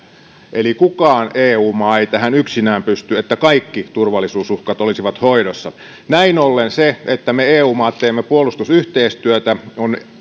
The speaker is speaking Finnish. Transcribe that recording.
eli mikään eu maa ei tähän yksinään pysty että kaikki turvallisuusuhkat olisivat hoidossa näin ollen se että me eu maat teemme puolustusyhteistyötä on